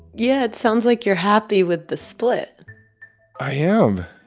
yeah, it sounds like you're happy with the split i am.